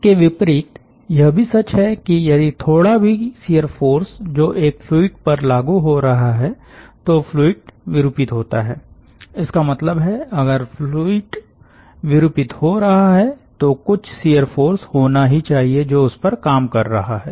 इसके विपरीत यह भी सच है कि यदि थोड़ा भी शियर फ़ोर्स जो एक फ्लूइड पर लागू हो रहा है तो फ्लूइड विरूपित होता है इसका मतलब है अगर फ्लूइड विरूपित हो रहा है तो कुछ शियर फ़ोर्स होना ही चाहिए जो उस पर काम कर रहा है